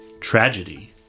tragedy